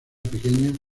pequeña